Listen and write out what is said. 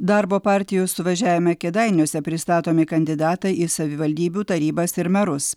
darbo partijos suvažiavime kėdainiuose pristatomi kandidatai į savivaldybių tarybas ir merus